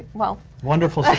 well. wonderful